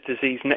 disease